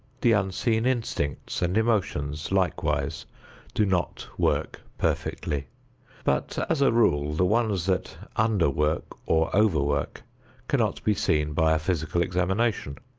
the unseen instincts and emotions likewise do not work perfectly but as a rule the ones that underwork or overwork cannot be seen by a physical examination.